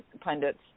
pundits